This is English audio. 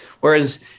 Whereas